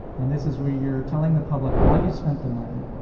and this is where you're telling the public how you spent the money.